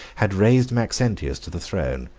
had raised maxentius to the throne.